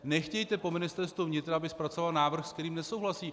Nechtějte po Ministerstvu vnitra, aby zpracovalo návrh, s kterým nesouhlasí.